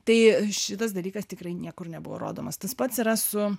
tai šitas dalykas tikrai niekur nebuvo rodomas tas pats yra su